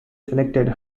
selected